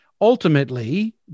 Ultimately